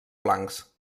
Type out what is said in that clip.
blancs